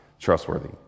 trustworthy